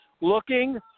looking